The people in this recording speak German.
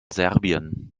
serbien